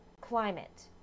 climate